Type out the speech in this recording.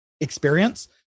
experience